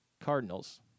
Cardinals